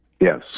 Yes